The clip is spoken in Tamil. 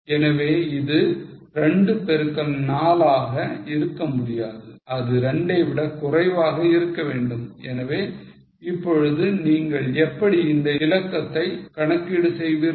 எனவே இது 2 பெருக்கல் 4 ஆக இருக்க முடியாது இது 2 ஐ விட குறைவாக இருக்க வேண்டும் எனவே இப்பொழுது நீங்கள் எப்படி இந்த இலக்கத்தை கணக்கீடு செய்வீர்கள்